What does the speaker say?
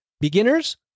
Beginners